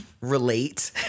relate